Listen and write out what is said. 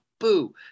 boo